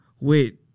wait